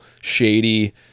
shady